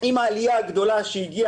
עם העלייה המבורכת